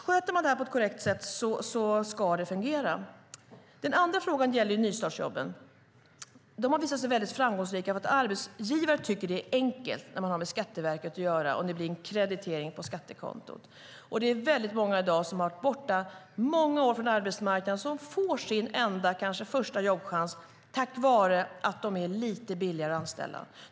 Sköter man det här på ett korrekt sätt ska det fungera. Den andra frågan gäller nystartsjobben. De har visat sig väldigt framgångsrika därför att arbetsgivare tycker att det är enkelt när man har med Skatteverket att göra och det blir en kreditering på skattekontot. Det är väldigt många i dag som har varit borta många år från arbetsmarknaden som får sin kanske första jobbchans tack vare att de är lite billigare att anställa.